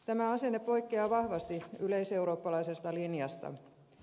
tämä asenne poikkeaa vahvasti yleiseurooppalaisesta linjasta